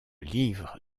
livre